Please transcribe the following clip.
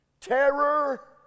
terror